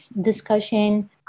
discussion